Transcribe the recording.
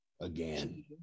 again